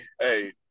hey